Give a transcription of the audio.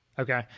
Okay